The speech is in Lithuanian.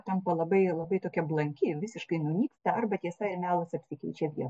tampa labai labai tokia blanki ir visiškai nunyksta arba tiesa ir melas apsikeičia vie